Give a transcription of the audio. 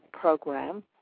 program